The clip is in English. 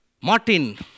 Martin